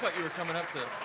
thought you were coming up